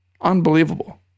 Unbelievable